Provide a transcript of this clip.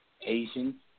Asian